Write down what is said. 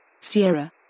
Sierra